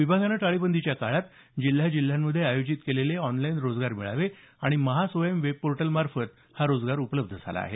विभागानं टाळेबंदीच्या काळात जिल्ह्याजिल्ह्यांमध्ये आयोजित केलेले ऑनलाईन रोजगार मेळावे आणि महास्वयंम वेबपोर्टलमार्फत हा रोजगार उपलब्ध झाला आहे